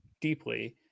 deeply